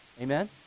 Amen